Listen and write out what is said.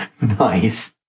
Nice